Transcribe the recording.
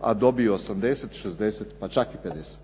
a dobiju 80, 60 pa čak i 50.